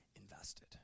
invested